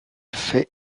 fait